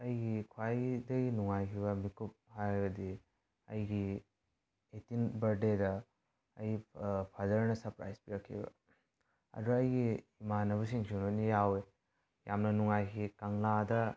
ꯑꯩꯒꯤ ꯈ꯭ꯋꯥꯏꯗꯒꯤ ꯅꯨꯡꯉꯥꯏꯈꯤꯕ ꯃꯤꯀꯨꯞ ꯍꯥꯏꯔꯒꯗꯤ ꯑꯩꯒꯤ ꯑꯦꯇꯤꯟ ꯕꯥꯔꯗꯦꯗ ꯑꯩ ꯐꯥꯗꯔꯅ ꯁꯔꯄ꯭ꯔꯥꯏꯁ ꯄꯤꯔꯛꯈꯤꯕ ꯑꯗꯣ ꯑꯩꯒꯤ ꯏꯃꯥꯅꯕꯁꯤꯡꯁꯨ ꯂꯣꯏꯅ ꯌꯥꯎꯋꯏ ꯌꯥꯝꯅ ꯅꯨꯡꯉꯥꯏꯈꯤ ꯀꯪꯂꯥꯗ